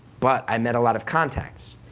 but i met a lot of contacts.